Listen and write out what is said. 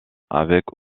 avec